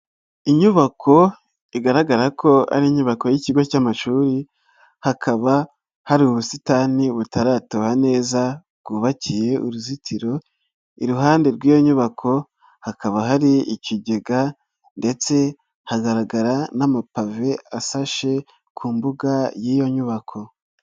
Inyubako igaragara ko ari inyubako y'ikigo cy'amashuri, hakaba hari ubusitani butaratoba neza bwubakiye uruzitiro, iruhande rw'iyo nyubako, hakaba hari ikigega ndetse hagaragara n'amapave asashe ku mbuga y'iyo nyubako.